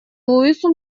луису